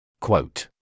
Quote